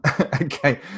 Okay